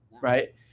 right